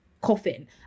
coffin